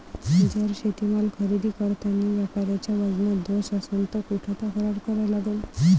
जर शेतीमाल खरेदी करतांनी व्यापाऱ्याच्या वजनात दोष असन त कुठ तक्रार करा लागन?